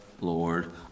Lord